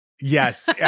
Yes